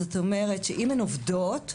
זאת אומרת שאם הן עובדות,